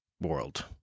world